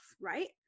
right